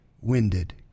winded